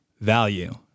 value